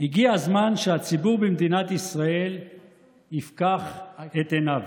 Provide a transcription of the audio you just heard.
הגיע הזמן שהציבור במדינת ישראל יפקח את עיניו.